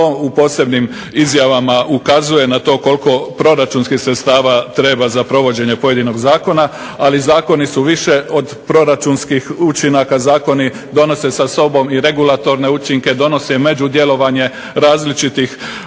to u posebnim izjavama ukazuje na to koliko proračunskih sredstava treba za provođenje pojedinog zakona. Ali zakoni su više od proračunskih učinaka, zakoni donose sa sobom i regulatorne učinke, donose međudjelovanje različitih